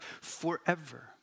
forever